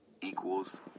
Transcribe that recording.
equals